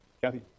Kathy